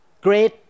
great